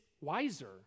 wiser